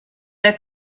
der